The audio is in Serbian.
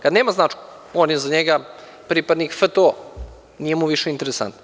Kada nema značku, on je za njega pripadnik FTO, nije mu više interesantan.